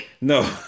No